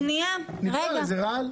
נקרא לזה רעל.